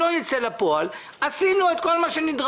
אם לא ייצא אל הפועל עשינו את כל מה שנדרש.